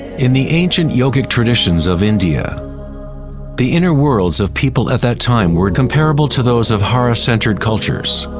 in the ancient yogic traditions of india the inner worlds of people at that time were comparable to those of hara centered cultures.